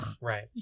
Right